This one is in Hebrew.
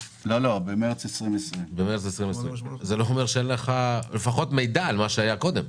במרץ 2020. צריך להיות לך לפחות מידע על מה שהיה קודם.